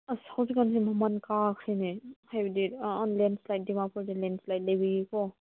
ꯑꯁ ꯍꯧꯖꯤꯛ ꯀꯥꯟꯁꯦ ꯃꯃꯜ ꯀꯥꯈ꯭ꯔꯦꯅꯦ ꯍꯥꯏꯕꯗꯤ ꯑꯥ ꯂꯦꯟ ꯏꯁꯂꯥꯏꯗ ꯗꯤꯃꯥꯄꯨꯔꯗ ꯂꯦꯟ ꯏꯁꯂꯥꯏꯗ ꯂꯩꯕꯒꯤꯀꯣ